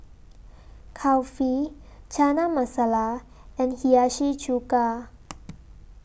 Kulfi Chana Masala and Hiyashi Chuka